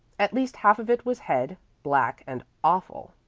at least half of it was head, black and awful,